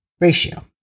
ratio